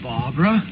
Barbara